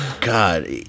God